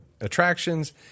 attractions